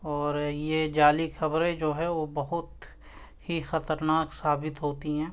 اور یہ جعلی خبریں جو ہیں وہ بہت ہی خطرناک ثابت ہوتی ہیں